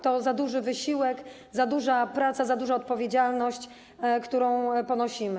To za duży wysiłek, za duża praca, za duża odpowiedzialność, którą ponosimy.